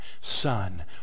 Son